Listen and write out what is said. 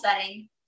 setting